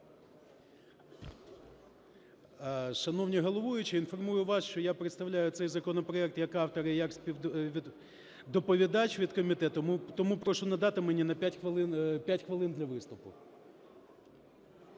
Шановний головуючий, інформую вас, що я представляю цей законопроект як автор і як співдоповідач від комітету. Тому прошу надати мені 5 хвилин для виступу.